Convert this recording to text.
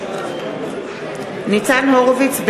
(קוראת בשמות חברי הכנסת) ניצן הורוביץ,